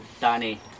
Danny